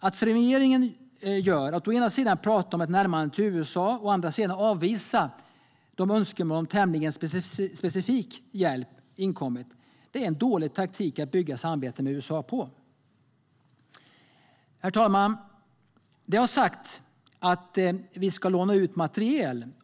Att som regeringen gör å ena sidan prata om ett närmande till USA, å andra sidan avvisa de önskemål om tämligen specifik hjälp som inkommit är en dålig taktik att bygga ett samarbete med USA på. Herr talman! Det har sagts att vi ska låna ut materiel.